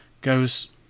goes